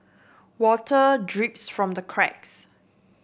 water drips from the cracks